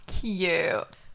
cute